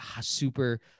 super